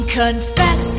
confess